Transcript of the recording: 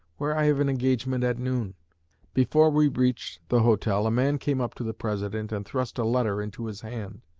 where i have an engagement at noon before we reached the hotel a man came up to the president and thrust a letter into his hand,